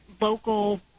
local